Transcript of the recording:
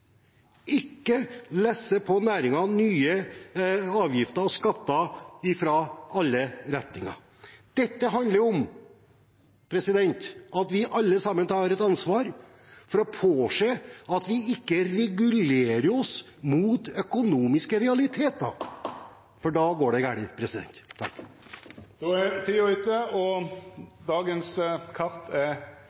nye avgifter og skatter – fra alle retninger – på næringen. Dette handler om at vi alle sammen tar et ansvar for å påse at vi ikke regulerer oss mot økonomiske realiteter, for da går det galt. Interpellasjonsdebatten er då avslutta. Då er